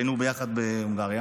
היינו ביחד בהונגריה,